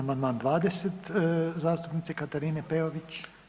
Amandman 20. zastupnice Katarine Peović.